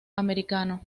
americano